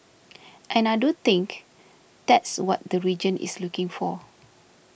and I do think that's what the region is looking for